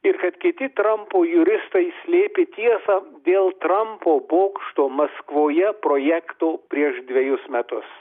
ir kad kiti trampo juristai slėpė tiesą dėl trampo bokšto maskvoje projekto prieš dvejus metus